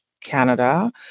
Canada